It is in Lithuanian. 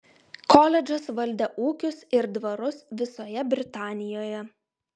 koledžas valdė ūkius ir dvarus visoje britanijoje